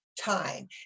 time